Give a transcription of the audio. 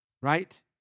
Right